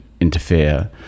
interfere